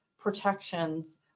protections